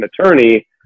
attorney